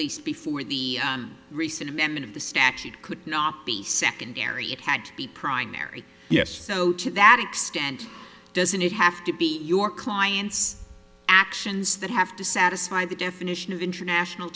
least before the recent amendment of the statute could not be secondary it had to be primary yes so to that extent doesn't it have to be your client's actions that have to satisfy the definition of international